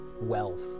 wealth